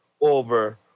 Over